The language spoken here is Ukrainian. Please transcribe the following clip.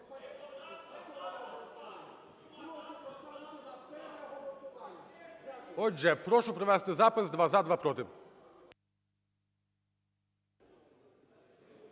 Отже, прошу провести запис: два – за, два – проти.